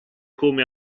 come